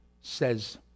says